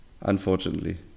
unfortunately